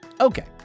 Okay